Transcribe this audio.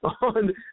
on